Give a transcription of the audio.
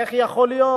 איך יכול להיות?